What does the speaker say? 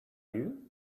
you